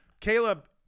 Caleb